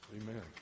Amen